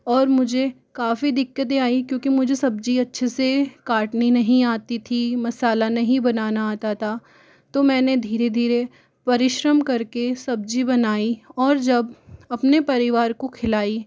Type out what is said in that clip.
और मुझे काफ़ी दिक्कतें आई क्योंकि मुझे सब्जी अच्छे से काटनी नहीं आती थी मसाला नहीं बनाना आता था तो मैंने धीरे धीरे परिश्रम करके सब्जी बनाई और जब अपने परिवार को खिलाई